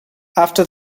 after